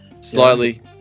slightly